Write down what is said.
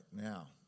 now